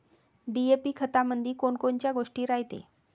DAP खतामंदी कोनकोनच्या गोष्टी रायते?